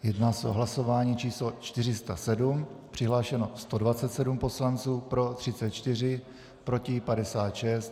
Jedná se o hlasování číslo 407, přihlášeno 127 poslanců, pro 34, proti 56.